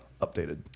updated